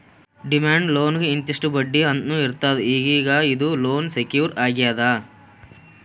demand ಲೋನ್ಗ್ ಇಂತಿಷ್ಟ್ ಬಡ್ಡಿ ಅಂತ್ನೂ ಇರ್ತದ್ ಈಗೀಗ ಇದು ಲೋನ್ ಸೆಕ್ಯೂರ್ ಆಗ್ಯಾದ್